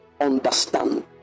understand